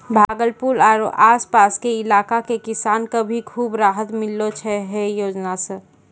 भागलपुर आरो आस पास के इलाका के किसान कॅ भी खूब राहत मिललो छै है योजना सॅ